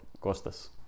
Costas